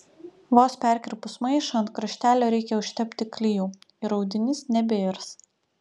vos perkirpus maišą ant kraštelio reikia užtepti klijų ir audinys nebeirs